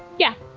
yeah!